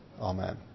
Amen